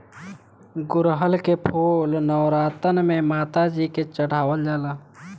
गुड़हल के फूल नवरातन में माता जी के चढ़ावल जाला